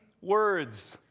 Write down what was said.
words